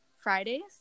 Friday's